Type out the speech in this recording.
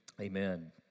amen